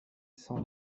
cent